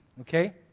Okay